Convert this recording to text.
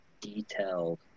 detailed